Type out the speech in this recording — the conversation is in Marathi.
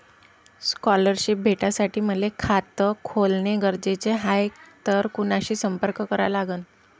स्कॉलरशिप भेटासाठी मले खात खोलने गरजेचे हाय तर कुणाशी संपर्क करा लागन?